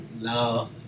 now